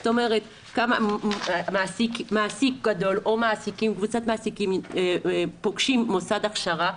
זאת אומרת מעסיק גדול או קבוצת מעסיקים פוגשים מוסד הכשרה,